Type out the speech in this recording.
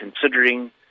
considering